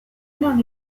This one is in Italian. non